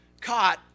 caught